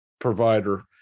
provider